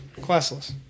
Classless